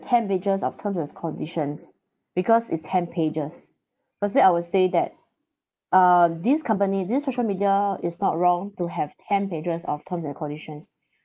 ten pages of terms and conditions because is ten pages firstly I would say that uh this company this social media is not wrong to have ten pages of terms and conditions